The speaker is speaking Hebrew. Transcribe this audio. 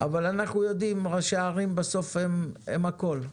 אנחנו יודעים שראשי הערים בסוף הם הכול,